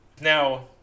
now